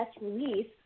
release